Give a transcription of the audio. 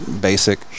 basic